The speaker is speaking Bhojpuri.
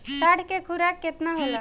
साढ़ के खुराक केतना होला?